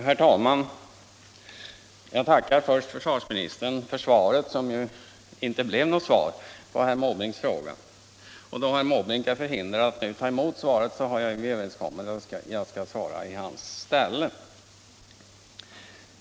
Herr talman! Jag tackar först försvarsministern för svaret, som ju inte blev något svar, på herr Måbrinks fråga. Då herr Måbrink är förhindrad att nu ta emot svaret, har vi överenskommit att jag skall göra det i hans ställe.